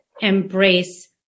embrace